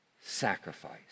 sacrifice